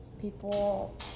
people